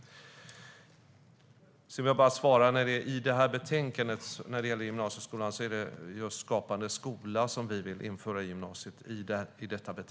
Sedan vill jag svara att när det gäller detta betänkande och gymnasieskolan är det just Skapande skola som vi vill införa i gymnasiet.